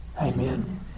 Amen